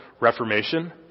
Reformation